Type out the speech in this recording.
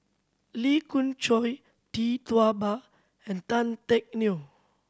Lee Khoon Choy Tee Tua Ba and Tan Teck Neo